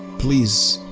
please.